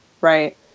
right